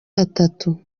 atatu